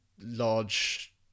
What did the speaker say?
large